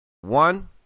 One